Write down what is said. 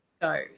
go